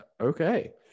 okay